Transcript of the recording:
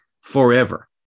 forever